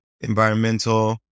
environmental